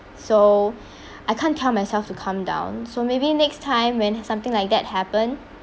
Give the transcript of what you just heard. so I can't tell myself to calm down so maybe next time when something like that happen